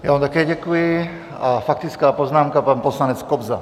Já vám také děkuji a faktická poznámka, pan poslanec Kobza.